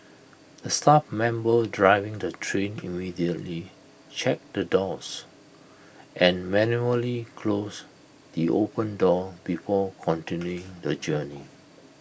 the staff member driving the train immediately checked the doors and manually closed the open door before continuing the journey